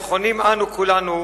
נכונים אנו כולנו,